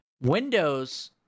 Windows